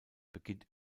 beginnt